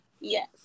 Yes